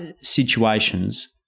situations